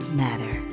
matter